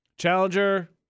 Challenger